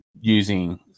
using